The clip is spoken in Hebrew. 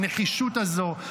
הנחישות הזו,